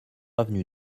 avenue